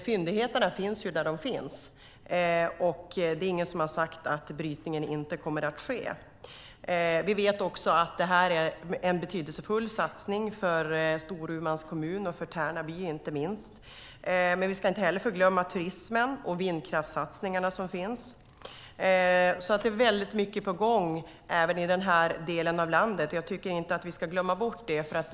Fyndigheterna finns ju där de finns, och det är ingen som har sagt att brytningen inte kommer att bli av. Vi vet också att detta är en betydelsefull satsning för Storumans kommun och för Tärnaby, men vi ska inte förglömma turismen och vindkraftssatsningarna. Det är alltså väldigt mycket på gång även i den här delen av landet. Vi ska inte glömma bort det.